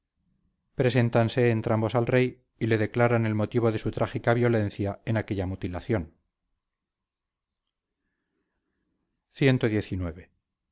collar preséntanse entrambos al rey y le declaran el motivo de su trágica violencia en aquella mutilación